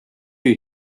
that